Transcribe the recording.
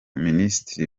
minisitiri